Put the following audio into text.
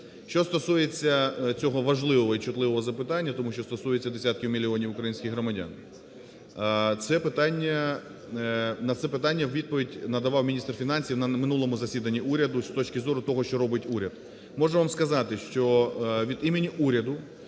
Що стосується цього важливого і чутливого запитання, тому що стосується десятків мільйонів українських громадян, це питання… на це питання відповідь надавав міністр фінансів на минулому засіданні уряду з точки зору того, що робить уряд. Можу вам сказати, що від імені уряду